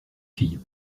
fille